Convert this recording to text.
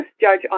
judge